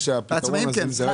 לעצמאים כן.